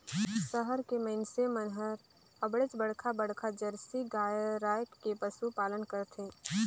सहर के मइनसे मन हर अबड़ेच बड़खा बड़खा जरसी गाय रायख के पसुपालन करथे